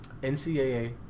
NCAA